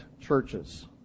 churches